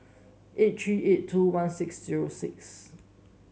eight three eight two one six zero six